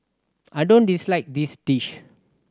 I don't dislike this dish